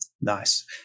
Nice